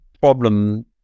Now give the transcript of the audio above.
problem